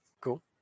Cool